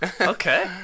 Okay